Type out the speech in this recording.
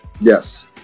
Yes